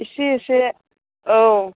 एसे एसे औ